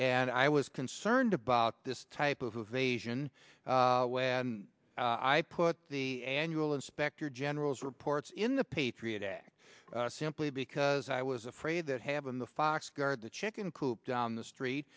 and i was concerned about this type of evasion where i put the annual inspector general's reports in the patriot act simply because i was afraid that have in the fox guard the chicken coop down the street